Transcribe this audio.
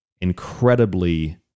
incredibly